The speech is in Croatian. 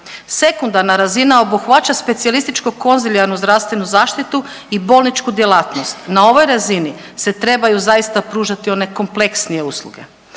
Sekundarna razina obuhvaća specijalističko konzilijarnu zdravstvenu zaštitu i bolničku djelatnost. Na ovoj razini se trebaju zaista pružati one kompleksnije usluge.